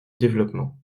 développement